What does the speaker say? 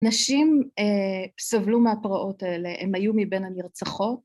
‫נשים סבלו מהפרעות האלה, ‫הן היו מבין הנרצחות.